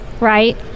right